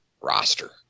roster